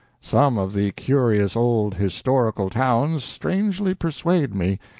some of the curious old historical towns strangely persuade me,